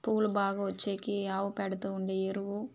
పూలు బాగా వచ్చేకి ఆవు పేడతో ఉండే ఎరువు